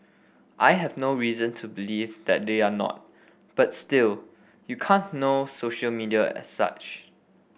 I have no reason to believe that they are not but still you can't know social media as such